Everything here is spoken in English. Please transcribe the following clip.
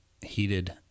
heated